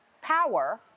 power